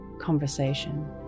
conversation